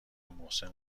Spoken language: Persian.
محسن